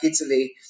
Italy